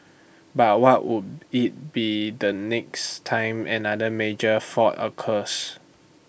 but what would IT be the next time another major fault occurs